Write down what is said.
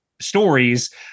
stories